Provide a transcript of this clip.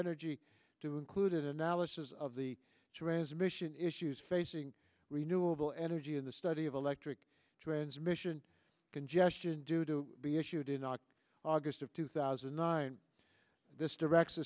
energy to include an analysis of the transmission issues facing renewable energy in the study of electric transmission congestion due to be issued in not august of two thousand and nine this direct